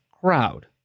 crowd